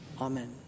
Amen